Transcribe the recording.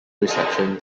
reception